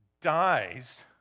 dies